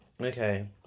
Okay